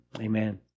Amen